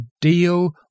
deal